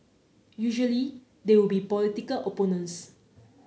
usually they would be political opponents